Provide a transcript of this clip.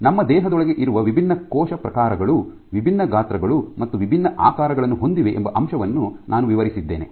ನಮ್ಮ ದೇಹದೊಳಗೆ ಇರುವ ವಿಭಿನ್ನ ಕೋಶ ಪ್ರಕಾರಗಳು ವಿಭಿನ್ನ ಗಾತ್ರಗಳು ಮತ್ತು ವಿಭಿನ್ನ ಆಕಾರಗಳನ್ನು ಹೊಂದಿವೆ ಎಂಬ ಅಂಶವನ್ನು ನಾನು ವಿವರಿಸಿದ್ದೇನೆ